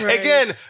Again